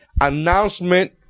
announcement